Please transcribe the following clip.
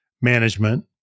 management